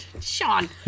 Sean